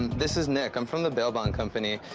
this is nick. i'm from the bail bond company.